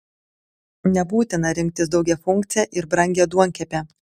nebūtina rinktis daugiafunkcę ir brangią duonkepę